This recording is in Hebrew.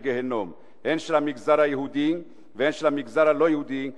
הן במגזר היהודי והן במגזר הלא-יהודי,